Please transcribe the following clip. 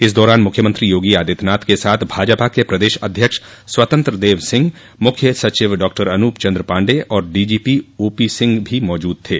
इस दौरान मुख्यमंत्री योगी आदित्यनाथ के साथ भाजपा के प्रदेश अध्यक्ष स्वतंत्र देव सिंह मुख्य सचिव डॉअनूप चन्द्र पाण्डेय और डीजीपी ओपीसिंह भी मौजूद थे